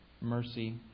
mercy